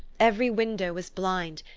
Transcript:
every window was blind,